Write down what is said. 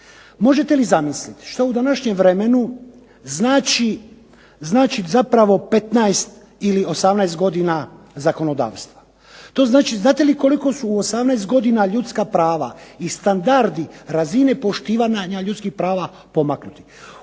Možete li zamisliti što u današnjem vremenu znači zapravo 15 ili 18 godina zakonodavstva? To znači, znate li koliko su u 18 godina ljudska prava i standardi razine poštivanja ljudskih prava pomaknuti?